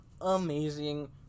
amazing